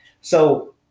So-